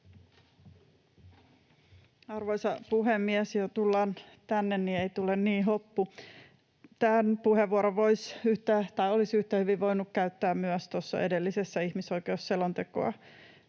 Arvoisa puhemies! Tullaan tänne puhujakorokkeelle, jotta ei tule niin hoppu. — Tämän puheenvuoron olisi yhtä hyvin voinut käyttää myös edellisessä, ihmisoikeusselontekoa